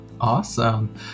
Awesome